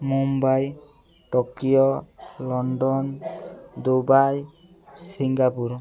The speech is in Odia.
Mumbai Tokyo London Dubai Singapore